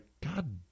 God